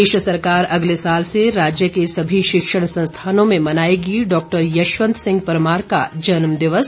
प्रदेश सरकार अगले साल से राज्य के सभी शिक्षण संस्थानों में मनाएगी डॉक्टर यशवंत सिंह परमार का जन्म दिवस